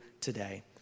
today